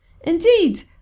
indeed